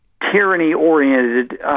tyranny-oriented